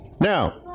Now